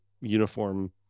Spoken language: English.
uniform